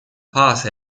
fase